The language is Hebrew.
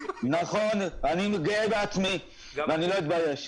נכון, אני גאה בעצמי, אני לא אתבייש,